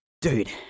dude